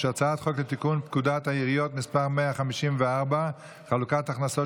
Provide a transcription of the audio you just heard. הצעת חוק לתיקון פקודת העיריות (מס' 154) (חלוקת הכנסות),